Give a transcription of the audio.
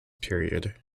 period